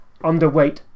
underweight